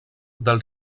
del